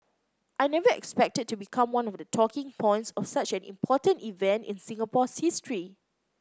I never expected to become one of the talking points of such an important event in Singapore's history